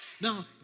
Now